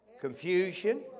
Confusion